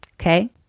Okay